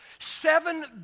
Seven